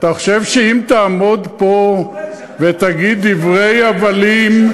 אתה חושב שאם תעמוד פה ותגיד דברי הבלים,